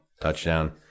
touchdown